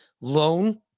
loan